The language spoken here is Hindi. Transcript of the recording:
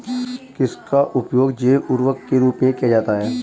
किसका उपयोग जैव उर्वरक के रूप में किया जाता है?